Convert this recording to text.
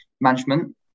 Management